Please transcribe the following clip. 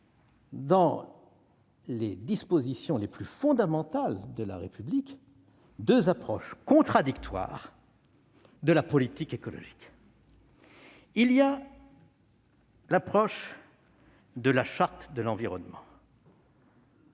dans les dispositions les plus fondamentales de la République deux approches contradictoires de la politique écologique. La première est celle de la Charte de l'environnement,